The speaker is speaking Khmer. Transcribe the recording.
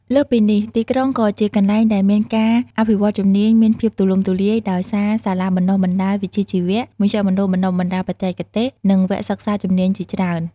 លើសពីនេះ ទីក្រុងក៏ជាកន្លែងដែលមានការអភិវឌ្ឍជំនាញមានភាពទូលំទូលាយ ដោយសារសាលាបណ្តុះបណ្តាលវិជ្ជាជីវៈ មជ្ឈមណ្ឌលបណ្តុះបណ្តាលបច្ចេកទេស និងវគ្គសិក្សាជំនាញជាច្រើន។